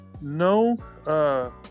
No